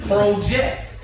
Project